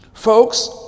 Folks